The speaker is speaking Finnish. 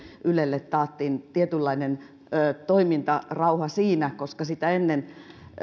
ylelle taattiin tuleville vuosille tietynlainen toimintarauha siinä koska sitä ennen